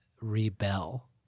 rebel